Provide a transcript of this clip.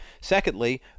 Secondly